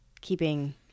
Keeping